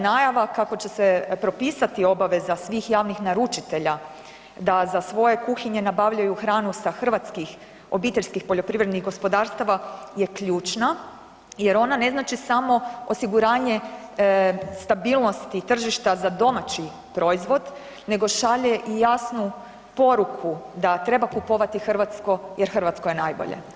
Najava kako će se propisati obaveza svih javnih naručitelja da za svoje kuhinje nabavljaju hranu sa hrvatskih obiteljskih poljoprivrednih gospodarstava je ključna jer ona ne znači samo osiguranje stabilnosti tržišta za domaći proizvod nego šalje i jasnu poruku da treba kupovati hrvatsko jer hrvatsko je najbolje.